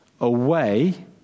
away